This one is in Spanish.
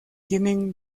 tienen